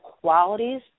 qualities